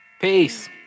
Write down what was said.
Peace